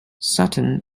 sutton